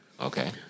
Okay